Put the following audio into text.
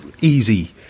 easy